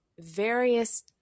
various